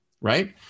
right